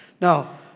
Now